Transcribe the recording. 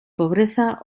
pobreza